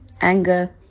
anger